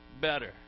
better